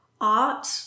art